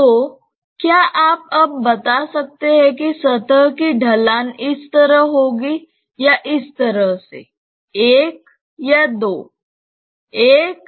तो क्या आप अब बता सकते हैं कि सतह की ढलान इस तरह होगी या इस तरह से 1 या 2